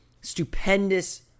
stupendous